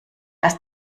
erst